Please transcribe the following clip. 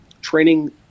training